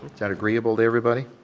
that agreeable to everybody?